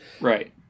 right